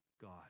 God